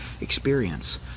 experience